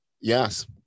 Yes